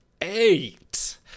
eight